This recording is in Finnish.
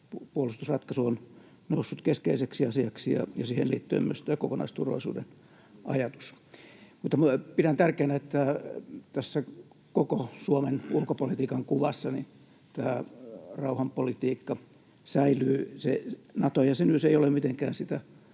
asioiksi on noussut tämä puolustusratkaisu ja siihen liittyen myös tämä kokonaisturvallisuuden ajatus. Mutta pidän tärkeänä, että koko Suomen ulkopolitiikan kuvassa tämä rauhanpolitiikka säilyy, Nato-jäsenyys ei ole mitenkään sitä